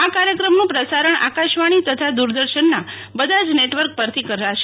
આ કાર્યક્રમનું પ્રસારણ આકાશવાણી તથા દૂરદર્શનના બધા જ નેટવર્ક પરથી કરશે